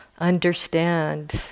understand